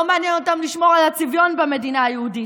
לא מעניין אותם לשמור על הצביון במדינה היהודית.